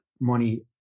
money